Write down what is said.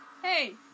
Hey